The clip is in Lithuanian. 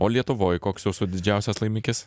o lietuvoj koks jūsų didžiausias laimikis